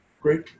great